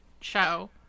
show